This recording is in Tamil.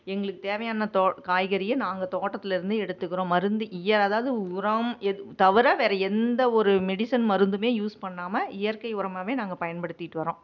எங்களுக்கு தேவையான தோ காய்கறிய நாங்கள் தோட்டத்துலேருந்து எடுத்துக்கிறோம் மருந்து அதாவது உரம் எத் தவிர வேறே எந்த ஒரு மெடிசன் மருந்துமே யூஸ் பண்ணாமல் இயற்கை உரமாகவே நாங்கள் பயன்படுத்திகிட்டு வரோம்